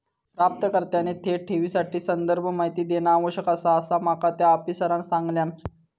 प्राप्तकर्त्याने थेट ठेवीसाठी संदर्भ माहिती देणा आवश्यक आसा, असा माका त्या आफिसरांनं सांगल्यान